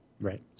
Right